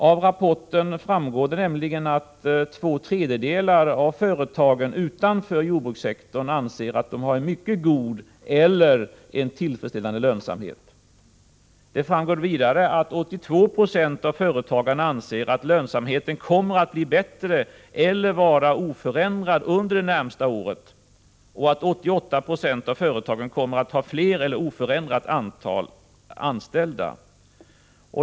Av rapporten framgår nämligen att två tredjedelar av företagen utanför jordbrukssektorn anser att de har en mycket god eller tillfredsställande lönsamhet. Det framgår vidare att 82 20 av företagarna anser att lönsamheten kommer att bli bättre eller vara oförändrad under det närmaste året. 88 20 kommer att ha fler eller ett oförändrat antal anställda.